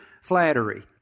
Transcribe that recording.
flattery